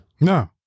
No